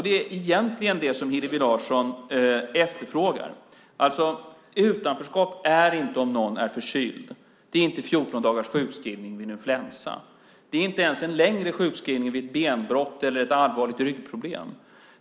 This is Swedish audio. Det är egentligen det som Hillevi Larsson efterfrågar. Utanförskap är inte om någon är förkyld. Det är inte 14 dagars sjukskrivning vid en influensa. Det är inte ens en längre sjukskrivning vid ett benbrott eller ett allvarligt ryggproblem.